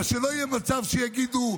אבל שלא יהיה מצב שיגידו: